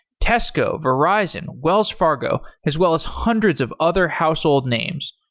tesco, verizon, and wells fargo, as well as hundreds of other household names.